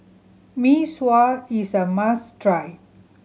Mee Sua is a must try